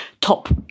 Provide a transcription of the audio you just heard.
top